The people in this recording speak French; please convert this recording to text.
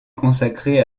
consacrer